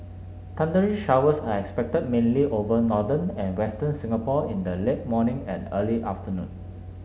thundery showers are expected mainly over northern and western Singapore in the late morning and early afternoon